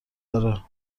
داره